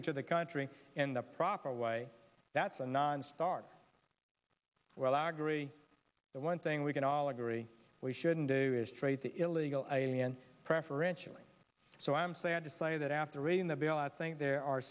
into the country in the proper way that's a nonstarter well i agree the one thing we can all agree we shouldn't do is trade the illegal alien preferentially so i'm sad to say that after reading the bill i think there are